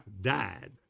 died